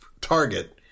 target